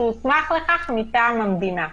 שהוסמך לכך מטעם המדינה.